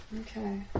Okay